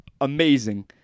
amazing